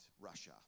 Russia